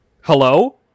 hello